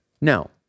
Now